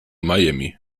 miami